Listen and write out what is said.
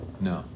No